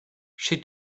she